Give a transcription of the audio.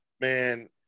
man